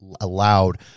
allowed